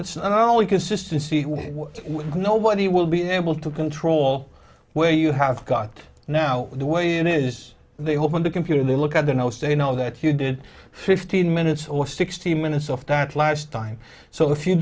it's only consistency when nobody will be able to control where you have got now the way it is they hope on the computer they look at the now so you know that you did fifteen minutes or sixty minutes of that last time so if you